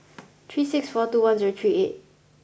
three six four two one zero three eight